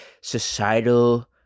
societal